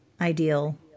ideal